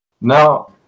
Now